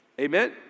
Amen